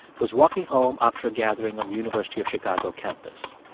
was walking home after a gathering on the university of chicago campus.